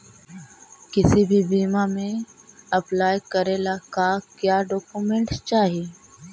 किसी भी बीमा में अप्लाई करे ला का क्या डॉक्यूमेंट चाही?